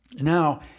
Now